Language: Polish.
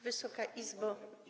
Wysoka Izbo!